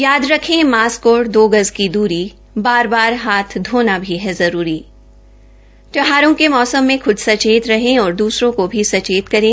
याद रखें मास्क और दो गज की दूरी बार बार हाथ धोना भी है जरूरी त्यौहारों के मौसम में खूद सचेत रहे और दूसरों को भी सचेत करें